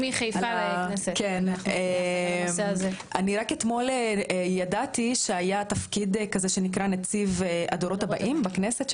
אני רק אתמול ידעתי שהיה תפקיד כזה שנקרא נציב הדורות הבאים בכנסת,